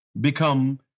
become